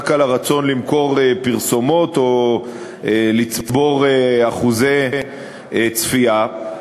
על הרצון למכור פרסומות או לצבור אחוזי צפייה.